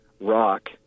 rock